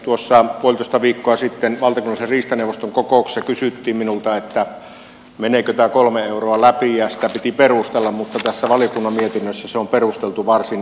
tuossa puolitoista viikkoa sitten valtakunnallisen riistaneuvoston kokouksessa kysyttiin minulta että meneekö tämä kolme euroa läpi ja sitä piti perustella mutta tässä valiokunnan mietinnössä se on perusteltu varsin hyvin